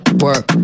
Work